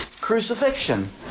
crucifixion